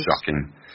shocking